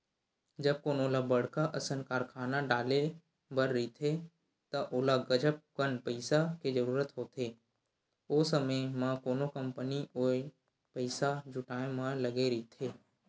जब कोनो ल बड़का असन कारखाना डाले बर रहिथे त ओला गजब कन पइसा के जरूरत होथे, ओ समे म कोनो कंपनी होय पइसा जुटाय म लगे रहिथे